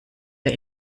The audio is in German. der